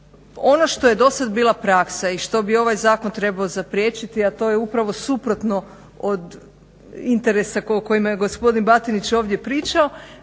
Ono što je do sada bila praksa i što bi ovaj zakon trebao zapriječiti, a to je upravo suprotno od interesa o kojima je gospodin Batinić ovdje pričao.